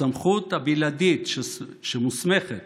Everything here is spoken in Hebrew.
הסמכות הבלעדית שמוסמכת